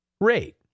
rate